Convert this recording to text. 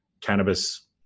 cannabis